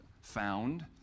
found